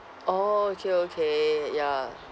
orh okay okay ya